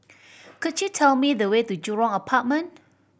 could you tell me the way to Jurong Apartment